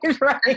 Right